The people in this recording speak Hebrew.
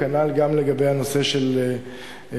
כנ"ל גם לגבי הנושא של השכלה